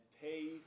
pay